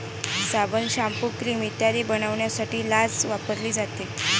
साबण, shampoo, cream इत्यादी बनवण्यासाठी लाच वापरली जाते